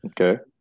Okay